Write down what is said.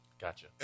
Gotcha